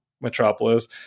Metropolis